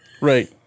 Right